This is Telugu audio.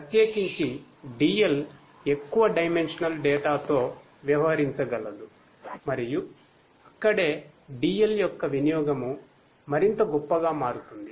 ప్రత్యేకించి DL ఎక్కువ డైమెన్షనల్ తో వ్యవహరించగలదు మరియు అక్కడే DL యొక్క వినియోగము మరింత గొప్పగా మారుతుంది